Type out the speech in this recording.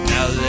Now